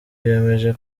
yemeje